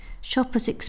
Shoppers